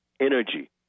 energy